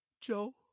Joe